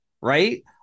right